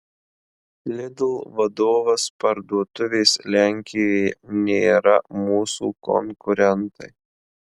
lidl vadovas parduotuvės lenkijoje nėra mūsų konkurentai